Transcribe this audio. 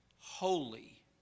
holy